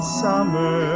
summer